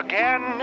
Again